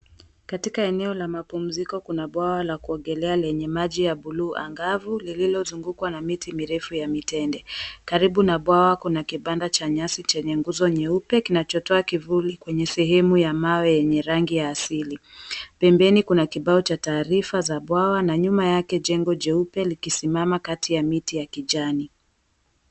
Katika eneo la mapumziko kuna bwawa la kuogelea lenye maji ya buluu angavu lililozungukwa na miti mirefu ya mitende karibu na bwawa kuna kibanda cha nyasi chenye nguzo nyeupe kinachotoa kivuli kwenye sehemu ya mawe yenye rangi ya asili. Pembeni kuna kibao cha taarifa za bwawa na nyuma yake jengo jeupe likisimama kati ya miti ya kijani.